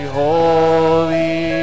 holy